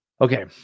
Okay